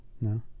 no